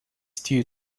stew